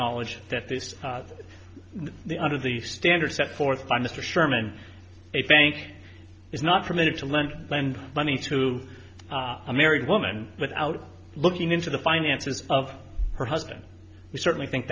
knowledge that this is the under the standard set forth by mr sherman a bank is not permitted to lend lend money to a married woman without looking into the finances of her husband we certainly think